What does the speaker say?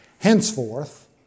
henceforth